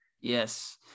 Yes